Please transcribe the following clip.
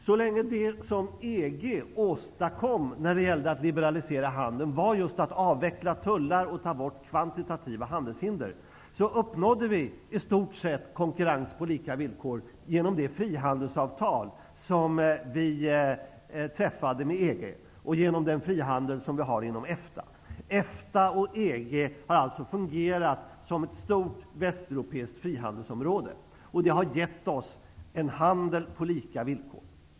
Så länge det som EG åstadkom när det gällde att liberalisera handeln var just att avveckla tullar och ta bort kvantitativa handelshinder uppnådde vi i stort sett konkurrens på lika villkor genom det frihandelsavtal som vi träffade med EG och genom den frihandel som vi har inom EFTA. EFTA och EG har alltså fungerat som ett västeuropeiskt frihandelsområde. Det har gett oss en handel på lika villkor.